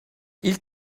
ilk